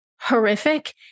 horrific